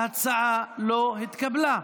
ההצעה לא התקבלה.